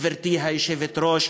גברתי היושבת-ראש,